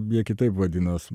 beje kitaip vadinos